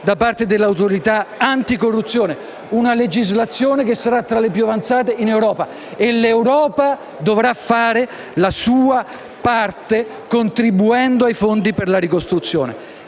da parte dell'autorità anticorruzione. Si tratta di una legislazione che sarà tra le più avanzate in Europa. E l'Europa dovrà fare la sua parte, contribuendo ai fondi per la ricostruzione.